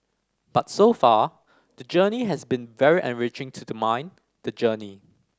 but so far the journey has been very enriching to the mind the journey